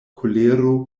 kolero